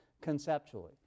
conceptually